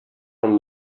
from